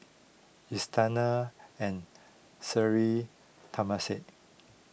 Istana and Sri Temasek